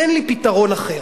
תן לי פתרון אחר.